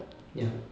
ya